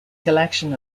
collection